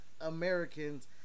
Americans